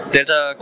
Delta